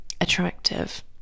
attractive